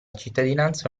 cittadinanza